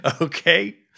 Okay